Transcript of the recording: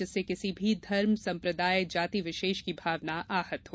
जिससे किसी भी धर्म संप्रदाय जाति विशेष की भावना आहत हो